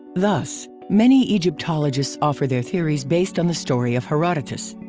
thus, many egyptologists offer their theories based on the story of herodotus.